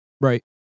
Right